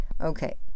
Okay